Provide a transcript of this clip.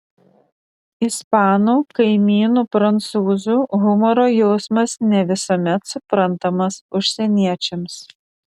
ispanų kaimynų prancūzų humoro jausmas ne visuomet suprantamas užsieniečiams